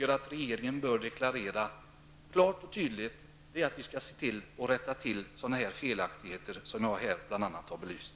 Regeringen bör dock klart och tydligt deklarera att man skall se till att rätta till felaktigheter av den typ som jag här har belyst.